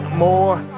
more